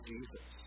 Jesus